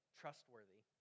trustworthy